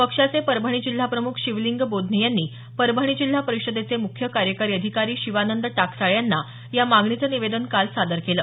पक्षाचे परभणी जिल्हा प्रमुख शिवलिंग बोधने यांनी परभणी जिल्हा परिषदेचे मुख्य कार्यकारी अधिकारी शिवानंद टाकसाळे यांना या मागणीचं निवेदन काल सादर केलं